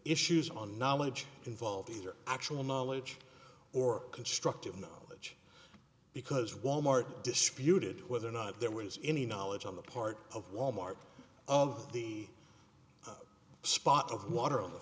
issues on knowledge involve either actual knowledge or constructive no because wal mart disputed whether or not there was any knowledge on the part of wal mart of the spot of water on the